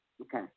Okay